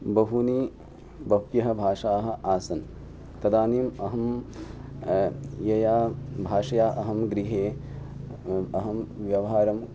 बहूनि बहवः भाषाः आसन् तदानीम् अहं यया भाषया अहं गृहे अहं व्यवहारम्